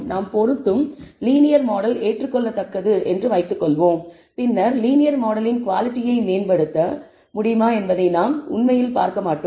நாம் பொருந்தும் linear model ஏற்றுக்கொள்ளத்தக்கது என்று வைத்துக்கொள்வோம் பின்னர் லீனியர் மாடலின் குவாலிட்டியை மேம்படுத்த முடியுமா என்பதை நாம் உண்மையில் பார்க்க மாட்டோம்